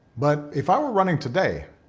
but if i were running today,